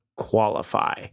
qualify